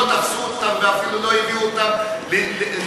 לא תפסו אותם ואפילו לא הביאו אותם למשטרה.